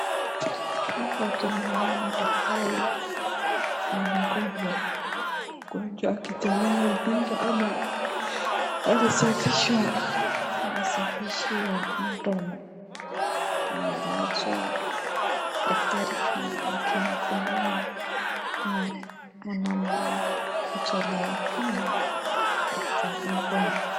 Hapa tunamuona daktari na mgonjwa, mgonjwa akitolewa jino ama akisafishwa na msafishi wa mdomo, amelazwa, daktari chuma yake mkononi, na anamtolea jino daktari mgonjwa.